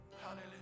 Hallelujah